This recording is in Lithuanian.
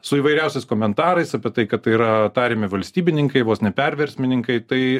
su įvairiausiais komentarais apie tai kad tai yra tariami valstybininkai vos ne perversmininkai tai